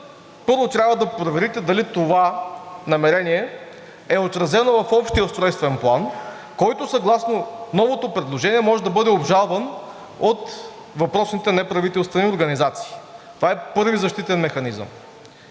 първо, трябва да проверите дали това намерение е отразено в общия устройствен план, който съгласно новото предложение може да бъде обжалван от въпросните неправителствени организации. Това е първи защитен механизъм.